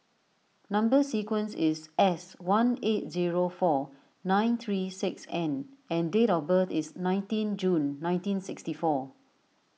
Number Sequence is S one eight zero four nine three six N and date of birth is nineteen June nineteen sixty four